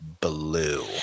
blue